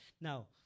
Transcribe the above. Now